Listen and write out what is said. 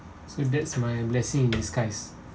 so that's my blessing in disguise